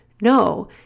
No